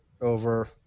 over